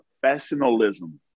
professionalism